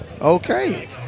Okay